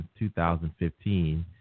2015